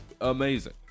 amazing